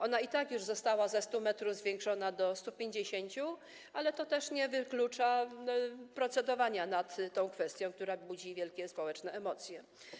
Ona i tak już została ze 100 m zwiększona do 150 m, ale to nie wyklucza procedowania nad kwestią, która budzi wielkie społeczne emocje.